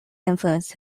influenced